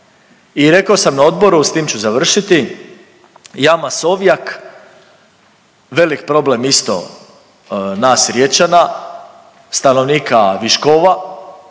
I rekao sam na odboru, s tim ću završiti, jama Sovjak, velik problem isto naš Riječana, stanovnika Viškova,